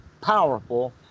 powerful